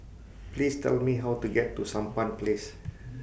Please Tell Me How to get to Sampan Place